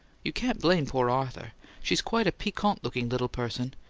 you can't blame poor arthur she's quite a piquant looking little person.